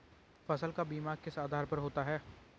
फसल का बीमा किस आधार पर होता है?